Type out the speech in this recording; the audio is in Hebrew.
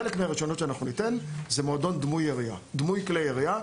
חלק מהרישיונות שאנחנו ניתן הם למועדון דמוי כלי ירייה.